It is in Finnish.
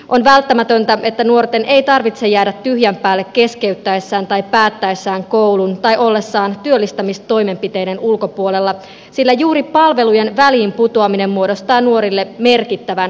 on välttämätöntä että nuorten ei tarvitse jäädä tyhjän päälle keskeyttäessään tai päättäessään koulun tai ollessaan työllistämistoimenpiteiden ulkopuolella sillä juuri palvelujen väliin putoaminen muodostaa nuorille merkittävän riskitekijän